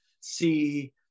see